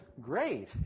great